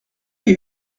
est